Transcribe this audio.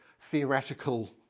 theoretical